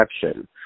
perception